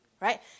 right